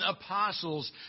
apostles